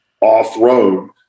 off-road